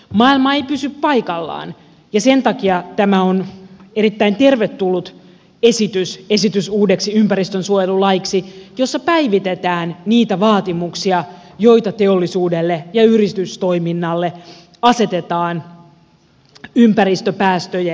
maailma ei pysy paikallaan ja sen takia tämä on erittäin tervetullut esitys esitys uudeksi ympäristönsuojelulaiksi jossa päivitetään niitä vaatimuksia joita teollisuudelle ja yritystoiminnalle asetetaan ympäristöpäästöjen osalta